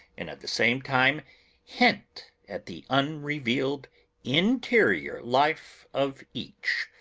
and at the same time hint at the unrevealed interior life of each.